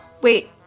Wait